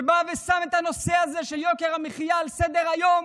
שבא ושם את הנושא הזה של יוקר המחיה על סדר-היום,